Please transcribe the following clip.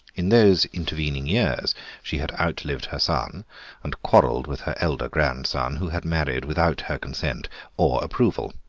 in those intervening years she had outlived her son and quarrelled with her elder grandson, who had married without her consent or approval.